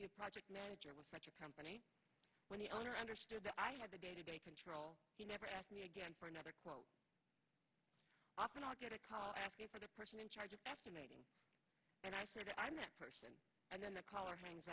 be a project manager with such a company when the owner understood that i had the day to day control he never asked me again for another often i'll get a call asking for the person in charge of estimating and i said i'm that person and then the caller hangs